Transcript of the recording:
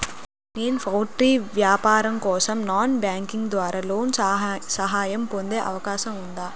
నేను పౌల్ట్రీ వ్యాపారం కోసం నాన్ బ్యాంకింగ్ ద్వారా లోన్ సహాయం పొందే అవకాశం ఉందా?